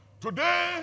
Today